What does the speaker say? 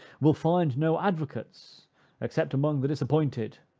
will find no advocates except among the disappointed,